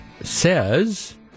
says